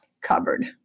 cupboard